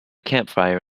campfire